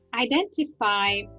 identify